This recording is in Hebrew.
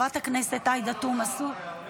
הוא עולה.